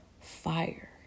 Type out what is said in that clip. fire